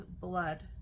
blood